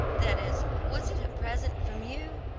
that is, was it a present from you?